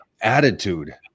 attitude